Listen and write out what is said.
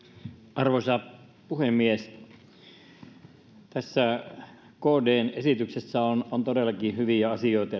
arvoisa puhemies tässä kdn esityksessä on on todellakin hyviä asioita